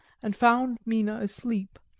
and found mina asleep,